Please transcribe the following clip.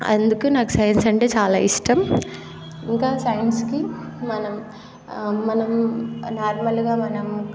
అందుకు నాకు సైన్స్ అంటే చాలా ఇష్టం ఇంకా సైన్స్కి మనం మనం నార్మల్గా మనం